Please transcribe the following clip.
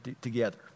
together